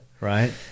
Right